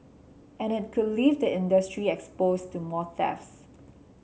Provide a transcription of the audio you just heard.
and it could leave the industry exposed to more thefts